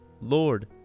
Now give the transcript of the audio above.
Lord